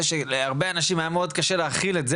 להרבה אנשים היה מאוד קשה להכיל את זה